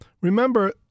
remember